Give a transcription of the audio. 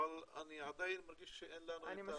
אבל אני עדיין מרגיש שאין לנו את תוכנית העבודה כדי להתקדם.